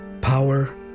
power